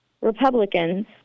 Republicans